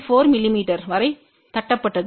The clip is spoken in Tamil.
4 மிமீ வரை தட்டப்பட்டது